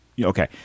okay